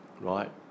Right